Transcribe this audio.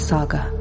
Saga